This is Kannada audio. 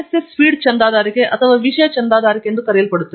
RSS ಫೀಡ್ ಚಂದಾದಾರಿಕೆ ಅಥವಾ ವಿಷಯ ಚಂದಾದಾರಿಕೆ ಎಂದು ಕರೆಯಲ್ಪಡುತ್ತದೆ